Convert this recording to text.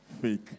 Fake